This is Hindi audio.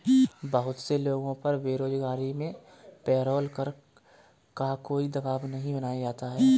बहुत से लोगों पर बेरोजगारी में पेरोल कर का कोई दवाब नहीं बनाया जाता है